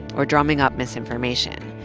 or drumming up misinformation.